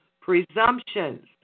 presumptions